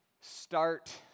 start